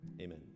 amen